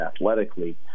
athletically